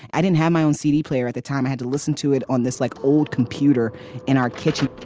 i didn't have my own c d. player at the time i had to listen to it on this like old computer in our kitchen.